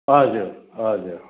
हजुर हजुर